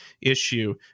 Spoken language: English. issue